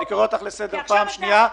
אני קורא אותך לסדר בפעם השנייה.